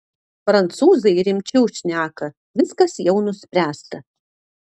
prancūzai rimčiau šneka viskas jau nuspręsta